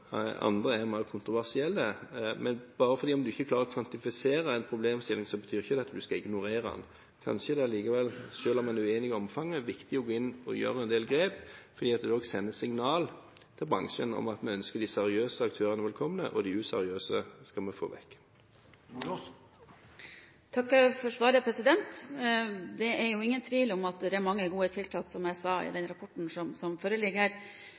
andre er mer kontroversielle. Men fordi en ikke klarer å kvantifisere en problemstilling, betyr ikke det at en bare skal ignorere den. Kanskje det allikevel, selv om en er uenig i omfanget, er viktig å gå inn og gjøre en del grep, fordi det også sender signaler til bransjen om at vi ønsker de seriøse aktørene velkommen og å få bort de useriøse. Jeg takker for svaret. Det er jo ingen tvil om at det er mange gode tiltak, som jeg sa, i den rapporten som foreligger